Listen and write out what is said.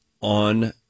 on